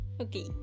Okay